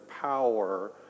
power